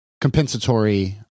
compensatory